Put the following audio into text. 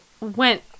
went